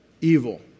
evil